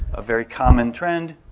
a very common trend.